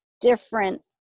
different